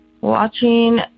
watching